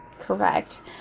Correct